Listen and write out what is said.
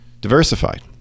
diversified